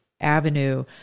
avenue